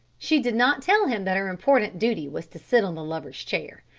she did not tell him that her important duty was to sit on the lovers' chair.